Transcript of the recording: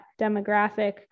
demographic